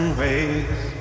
ways